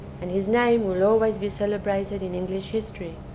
and his name will always be celebrated in english history.